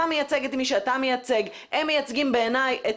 אתה מייצג את מי שאתה מייצג והם מייצגים בעיני את